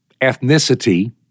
ethnicity